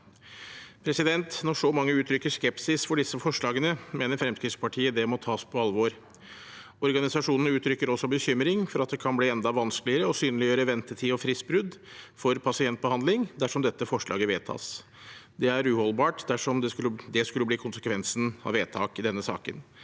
Når så mange uttrykker skepsis til disse forslagene, mener Fremskrittspartiet det må tas på alvor. Organisasjonene uttrykker også bekymring for at det kan bli enda vanskeligere å synliggjøre ventetid og fristbrudd for pasientbehandling dersom dette forslaget vedtas. Det er uholdbart dersom det skulle bli konsekvensen av vedtak i denne saken.